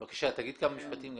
בבקשה, תגיד כמה משפטים גם.